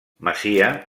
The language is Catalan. masia